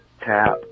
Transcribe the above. tap